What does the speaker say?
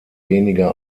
weniger